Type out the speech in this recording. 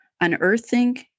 unearthing